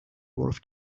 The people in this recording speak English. worth